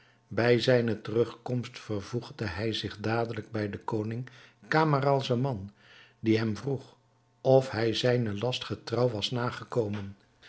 bij zijne terugkomst vervoegde hij zich dadelijk bij den koning camaralzaman die hem vroeg of hij zijnen last getrouw was nagekomen